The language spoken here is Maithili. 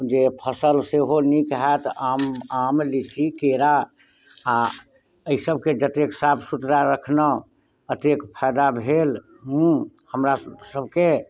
जे फसल सेहो नीक होयत आम आम लीची केरा आ एहि सबके जतेक साफ सुथरा राखलहुॅं अतेक फायदा भेल हॅं हमरा सबके